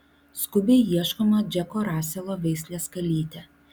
skubiai ieškoma džeko raselo veislės kalytė